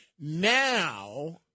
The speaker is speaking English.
Now